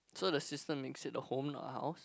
so the sister makes it a home or house